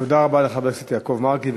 תודה רבה לחבר הכנסת יעקב מרגי.